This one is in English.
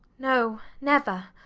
no, never.